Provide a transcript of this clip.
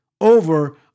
over